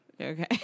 Okay